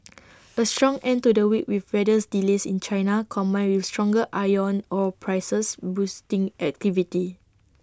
A strong end to the week with weathers delays in China combined with stronger iron ore prices boosting activity